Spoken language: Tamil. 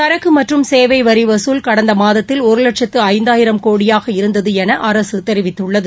சரக்கு மற்றும் சேவை வரி வசூல் கடந்த மாதத்தில் ஒரு லட்சத்து ஐந்தாயிரம் கோடியாக இருந்தது என அரசு தெரிவித்துள்ளது